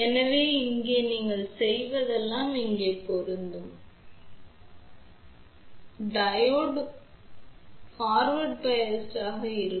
எனவே இங்கே நீங்கள் செய்வதெல்லாம் இங்கே பொருந்தும் இது 0 மின்னழுத்தம் என்று சொல்லலாம் பின்னர் டையோடு முன்னோக்கி சார்புடையதாக இருக்கும்